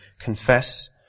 confess